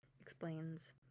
explains